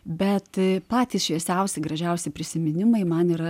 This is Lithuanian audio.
bet patys šviesiausi gražiausi prisiminimai man yra